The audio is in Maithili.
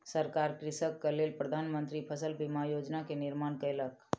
सरकार कृषकक लेल प्रधान मंत्री फसल बीमा योजना के निर्माण कयलक